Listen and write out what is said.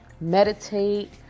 meditate